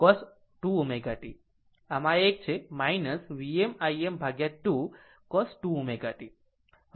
આમ આ એક છે Vm Im2 cos 2 ω t